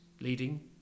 leading